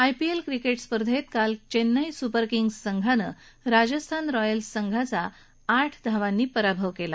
IPL cricket स्पर्धेत काल Chennai Super Kings संघानं राजस्थान रॉयल्स संघाचा आठ धावांनी पराभव केला